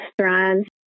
restaurants